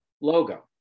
logo